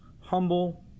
humble